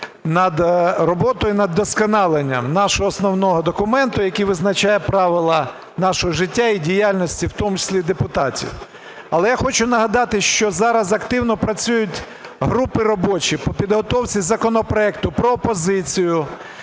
над роботою над вдосконаленням нашого основного документа, який визначає правила нашого життя і діяльності, в тому числі депутатів. Але я хочу нагадати, що зараз активно працюють групи робочі по підготовці законопроекту про опозицію,